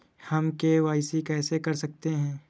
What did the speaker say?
हम के.वाई.सी कैसे कर सकते हैं?